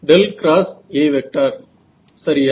H1A சரியா